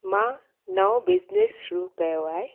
मां नओं बिज़निस शुरू कयो आहे